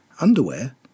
underwear